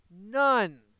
None